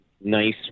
nice